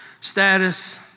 status